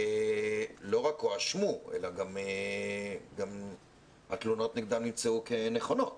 שלא רק הואשמו, אלא גם התלונות נגדם נמצאו כנכונות